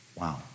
Wow